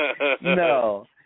No